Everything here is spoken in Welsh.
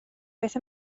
beth